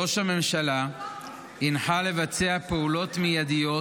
ראש הממשלה הנחה לבצע פעולות מיידיות